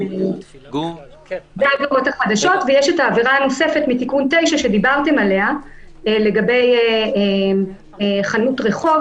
יש העבירה הנוספת מתיקון 9 שדיברתם עליה לגבי חנות רחוב.